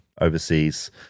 overseas